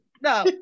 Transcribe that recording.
No